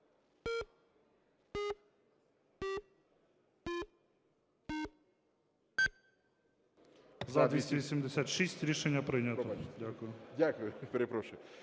За-286 Рішення прийнято. Дякую.